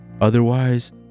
otherwise